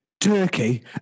turkey